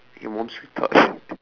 it won't shut up